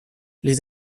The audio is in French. les